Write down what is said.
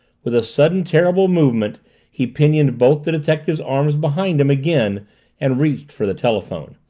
with a sudden terrible movement he pinioned both the detective's arms behind him again and reached for the telephone.